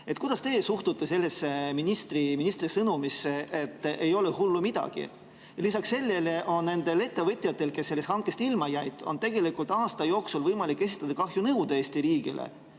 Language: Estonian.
Kuidas teie suhtute sellesse ministri sõnumisse, et ei ole hullu midagi? Lisaks sellele on nendel ettevõtjatel, kes sellest hankest ilma jäid, aasta jooksul võimalik esitada kahjunõue Eesti riigile.